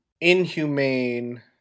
inhumane